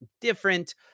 different